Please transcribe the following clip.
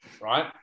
right